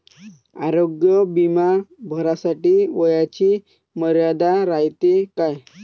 आरोग्य बिमा भरासाठी वयाची मर्यादा रायते काय?